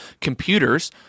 computers